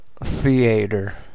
theater